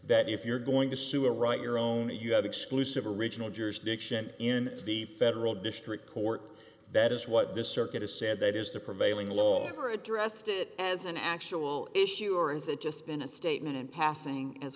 if you're going to sue or write your own you have exclusive original jurisdiction in the federal district court that is what this circuit has said that is the prevailing law ever addressed it as an actual issue or is that just been a statement in passing as